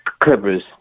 Clippers